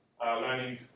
learning